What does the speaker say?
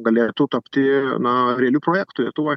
galėtų tapti na realiu projektu lietuvoj